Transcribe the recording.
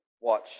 watch